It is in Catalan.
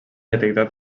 detectat